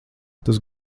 tas